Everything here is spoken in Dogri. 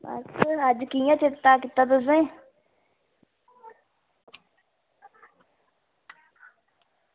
अच्छा अज्ज कियां चेच्ता आया तुसेंगी